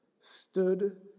stood